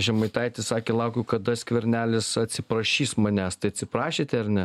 žemaitaitis sakė laukiu kada skvernelis atsiprašys manęs tai atsiprašėte ar ne